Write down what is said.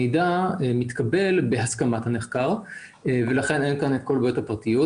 המידע מתקבל בהסכמת הנחקר ולכן אין כאן את כל בעיית הפרטיות,